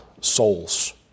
souls